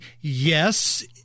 yes